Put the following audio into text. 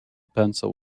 pencil